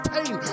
Pain